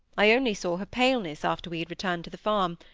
i only saw her paleness after we had returned to the farm,